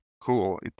cool